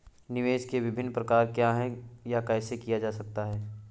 निवेश के विभिन्न प्रकार क्या हैं यह कैसे किया जा सकता है?